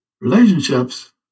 relationships